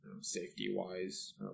safety-wise